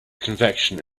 convection